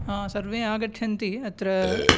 आ सर्वे आगच्छन्ति अत्र